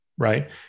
right